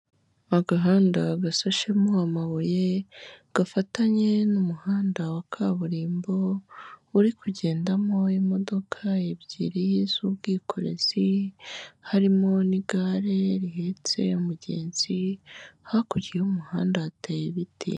Agahanda gashashemo amabuye, gafatanye n'umuhanda wa kaburimbo, uri kugendamo imodoka ebyiri z'ubwikorezi, harimo n'igare rihetse umugenzi, hakurya y'umuhanda hateye ibiti.